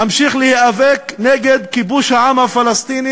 אמשיך להיאבק נגד כיבוש העם הפלסטיני